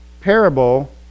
parable